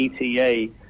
Eta